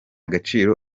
gaciro